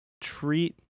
treat